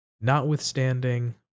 notwithstanding